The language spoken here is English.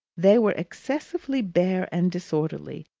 they were excessively bare and disorderly,